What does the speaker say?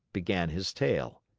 began his tale